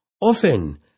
Often